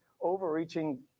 overreaching